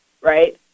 right